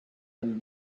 them